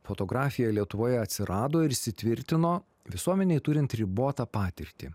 fotografija lietuvoje atsirado ir įsitvirtino visuomenei turint ribotą patirtį